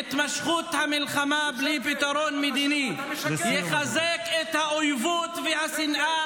התמשכות המלחמה בלי פתרון מדיני תחזק את האויבות והשנאה